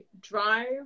drive